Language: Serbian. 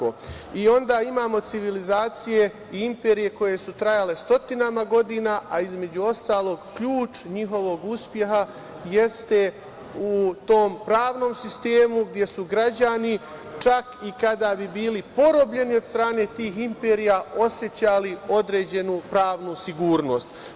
Onda imamo civilizacije i imperije koje su trajale stotinama godina, a između ostalog, ključ njihovog uspeha jeste u tom pravnom sistemu, gde su građani čak i kada bi bili porobljeni od strane tih imperija, osećali određenu pravnu sigurnost.